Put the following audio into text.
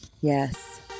Yes